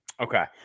okay